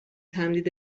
تمدید